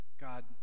God